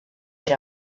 per